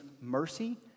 mercy